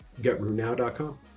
GetRootNow.com